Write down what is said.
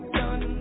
done